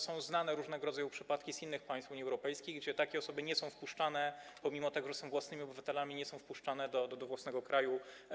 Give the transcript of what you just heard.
Są znane różnego rodzaju przypadki z innych państw Unii Europejskiej, gdzie takie osoby nie są wpuszczane, pomimo że są obywatelami, nie są wpuszczane do własnego kraju.